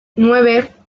nueve